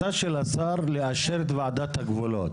השר לאשר את ועדת הגבולות,